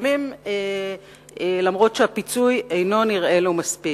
לפעמים למרות שהפיצוי אינו נראה לו מספיק.